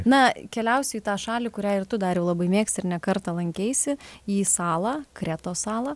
na keliausiu į tą šalį kurią ir tu dariau labai mėgsti ir ne kartą lankeisi į salą kretos salą